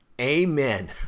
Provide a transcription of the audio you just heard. Amen